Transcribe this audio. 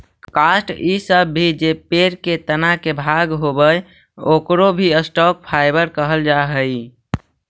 काष्ठ इ सब भी जे पेड़ के तना के भाग होवऽ, ओकरो भी स्टॉक फाइवर कहल जा हई